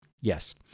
Yes